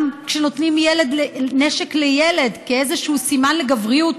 גם כשנותנים נשק לילד כאיזשהו סימן לגבריות,